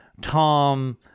Tom